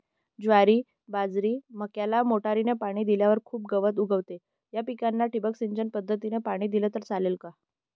ज्वारी, बाजरी, मक्याला मोटरीने पाणी दिल्यावर खूप गवत उगवते, या पिकांना ठिबक सिंचन पद्धतीने पाणी दिले तर चालेल का?